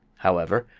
however,